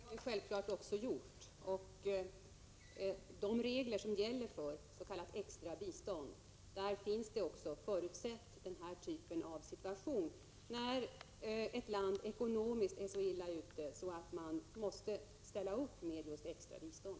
Herr talman! Det har vi självfallet också gjort. I de regler som gäller för s.k. extra bistånd har man förutsett situationer av detta slag, t.ex. när ett land ekonomiskt är så illa ute att man måste ställa upp med just extra bistånd.